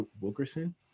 Wilkerson